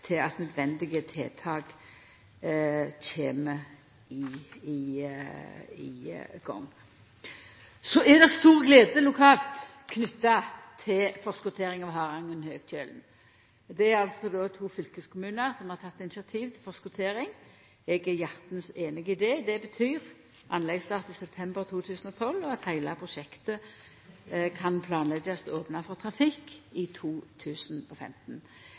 til at nødvendige tiltak kjem i gang. Det er stor glede lokalt knytt til forskottering av Harangen–Høgkjølen. To fylkeskommunar har teke initiativ til forskottering, og eg er hjartans einig i det. Det betyr anleggsstart i september 2012, og heile prosjektet kan planleggjast opna for trafikk i 2015.